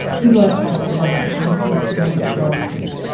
who do i call in london? antony store or the darlingtons?